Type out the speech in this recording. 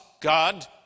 god